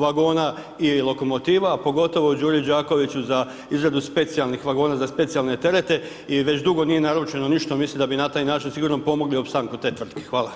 vagona i lokomotiva a pogotovo Đure Đakoviću za izradu specijalnih vagona za specijalne terete i već dugo nije naručeno ništa, mislim da bi na taj način sigurno pomogli opstanku te tvrtke, hvala.